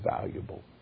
valuable